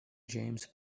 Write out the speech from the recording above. james